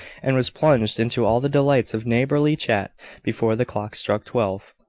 and was plunged into all the delights of neighbourly chat before the clock struck twelve,